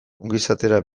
ongizatera